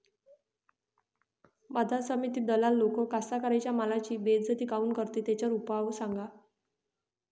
बाजार समितीत दलाल लोक कास्ताकाराच्या मालाची बेइज्जती काऊन करते? त्याच्यावर उपाव सांगा